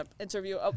interview